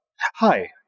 Hi